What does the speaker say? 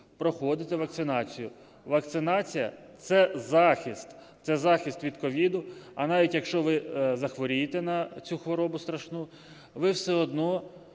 проходити вакцинацію. Вакцинація – це захист, це захист від COVID. А навіть якщо ви захворієте на цю хворобу страшну, ви все одно